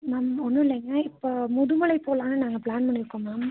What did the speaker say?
ma'am ஒன்றுல்லைங்க இப்போது முதுமலை போலாம்னு நாங்கள் ப்ளான் பண்ணியிருக்கோம் மேம்